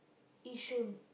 Yishun